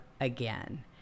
again